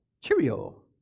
cheerio